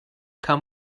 come